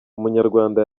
umunyarwanda